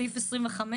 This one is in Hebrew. סעיף 25,